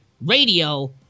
Radio